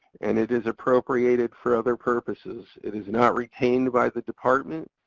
and it is appropriated for other purposes. it is not retained by the department.